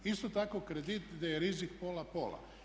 Isto tako kredit gdje je rizik pola pola.